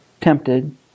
tempted